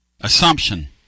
Assumption